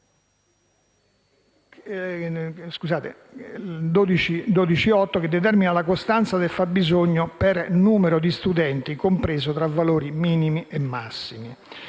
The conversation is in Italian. l'emendamento 12.8 che determina la costanza del fabbisogno per numero di studenti, compreso tra valori minimi e massimi.